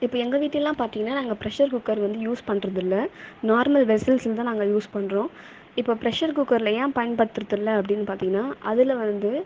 இப்போ எங்கள் வீட்டில் எல்லாம் பார்த்தீங்கன்னா நாங்கள் பிரஷர் குக்கர் வந்து யூஸ் பண்ணுறதில்ல நார்மல் வெஸ்ஸல்ஸ்சில் தான் நாங்கள் யூஸ் பண்ணுறோம் பிரஷர் குக்கரில் ஏன் பயன்படுத்துகிறதுல்ல அப்படின்னு பார்த்தீங்கன்னா அதில் வந்து